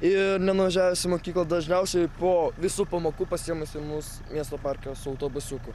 ir nenuvažiavęs į mokyklą dažniausiai po visų pamokų pasiima senus miesto partijos autobusiuku